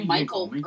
Michael